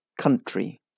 country